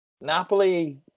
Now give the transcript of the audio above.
Napoli